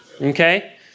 Okay